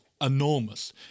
enormous